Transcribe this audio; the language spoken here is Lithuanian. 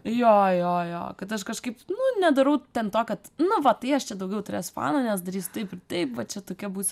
jo jo jo kad aš kažkaip nu nedarau ten to kad nu va tai aš čia daugiau turėsiu fanų nes darysiu taip ir taip va čia tokia būsiu